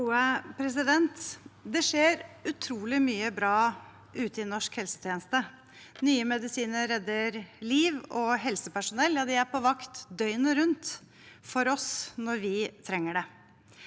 (H) Det skjer utrolig mye bra ute i norsk helsetjeneste. Nye medisiner redder liv, og helsepersonell er på vakt døgnet rundt for oss når vi trenger det.